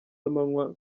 amanywa